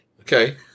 Okay